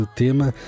tema